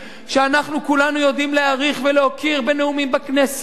שאנחנו כולנו יודעים להעריך ולהוקיר אותו בנאומים בכנסת,